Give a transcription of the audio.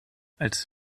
als